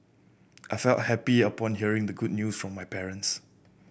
I felt happy upon hearing the good news from my parents